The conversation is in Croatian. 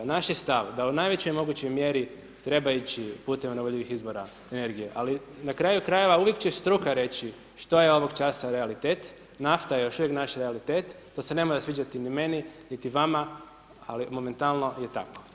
Naš je stav da u najvećoj mogućoj mjeri, treba ići putem obnovljivih izvora energije, ali na kraju krajeva, uvijek će struka reći što je ovog časa realitet, nafta još uvijek naš realitet, to se ne mora sviđati ni meni, ni vama, ali momentalno je tako.